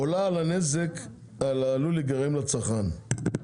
עולה על הנזק העלול להיגרם לצרכן.